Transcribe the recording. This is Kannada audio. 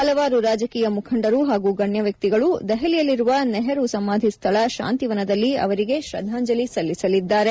ಹಲವಾರು ರಾಜಕೀಯ ಮುಖಂಡರು ಹಾಗೂ ಗಣ್ಯ ವ್ಯಕ್ತಿಗಳು ದೆಹಲಿಯಲ್ಲಿರುವ ನೆಹರು ಸಮಾಧಿ ಸ್ಥಳ ಶಾಂತಿವನದಲ್ಲಿ ಅವರಿಗೆ ಶ್ರದ್ದಾಂಜಲಿ ಸಲ್ಲಿಸಲಿದ್ದಾರೆ